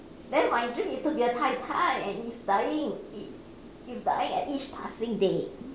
then my dream is to be a tai-tai and it's dying it it's dying at each passing day